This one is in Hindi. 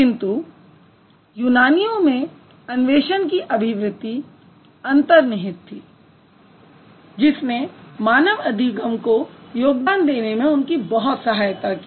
किंतु यूनानियों में अन्वेषण की अभिवृत्ति अंतर्निहित थी जिसने मानव अधिगम को योगदान देने में उनकी बहुत सहायता की